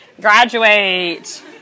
Graduate